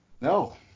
no